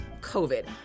COVID